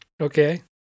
Okay